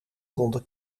konden